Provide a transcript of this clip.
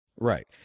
Right